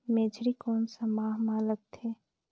मेझरी कोन सा माह मां लगथे